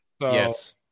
Yes